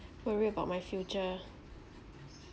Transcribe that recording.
worried about my future